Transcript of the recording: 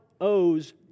owes